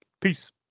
Peace